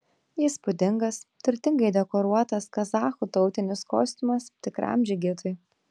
įspūdingas turtingai dekoruotas kazachų tautinis kostiumas tikram džigitui